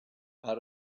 how